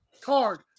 card